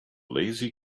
lazy